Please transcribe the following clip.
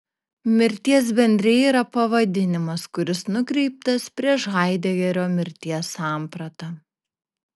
mirties bendrija yra pavadinimas kuris nukreiptas prieš haidegerio mirties sampratą